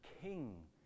king